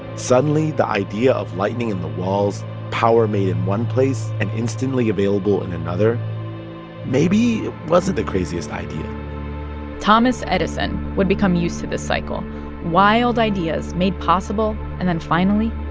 suddenly, the idea of lightning in the walls, power made in one place and instantly available in another maybe it wasn't the craziest idea thomas edison would become used to this cycle wild ideas made possible and then, finally,